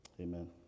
Amen